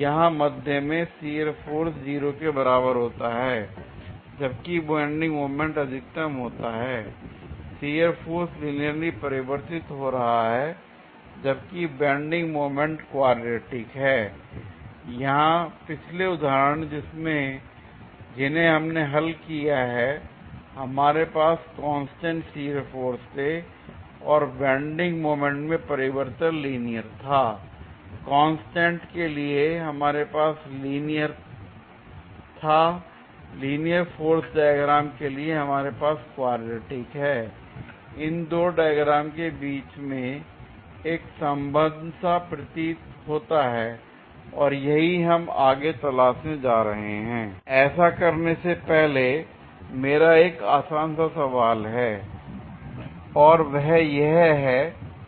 यहां मध्य में शियर फोर्स 0 के बराबर होता है जबकि बेंडिंग मोमेंट अधिकतम होता है l शियर फोर्स लीनियरली परिवर्तित हो रहा है जबकि बेंडिंग मोमेंट क्वाड्रेटिक है l यहां पिछले उदाहरण जिन्हें हमने हल किया है हमारे पास कांस्टेंट शियर फोर्स थे और बेंडिंग मोमेंट में परिवर्तन लीनियर था l कांस्टेंट के लिए हमारे पास लीनियर था लीनियर शियर फोर्स डायग्राम के लिए हमारे पास क्वाड्रेटिक है l इन दो डायग्राम के बीच में एक संबंध सा प्रतीत होता है और यही हम आगे तलाशने जा रहे हैं l ऐसा करने से पहले मेरा एक आसान सा सवाल है और वह यह है